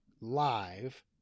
live